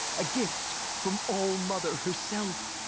a gift. from all-mother herself!